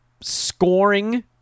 scoring